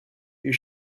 you